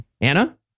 Anna